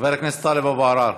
חבר הכנסת טלב אבו עראר,